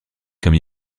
comme